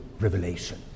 revelation